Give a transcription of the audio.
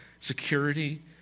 security